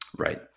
right